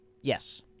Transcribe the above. Yes